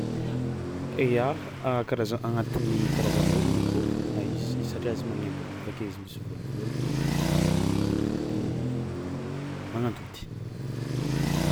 Ya! Karaza- agnatiny karazam-bôrogno akôho na izy satria izy magnaimbagna aveo izy misy vôlovôlony, de magnantody.